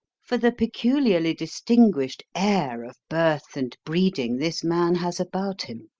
for the peculiarly distinguished air of birth and breeding this man has about him.